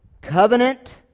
covenant